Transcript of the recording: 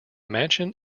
mansion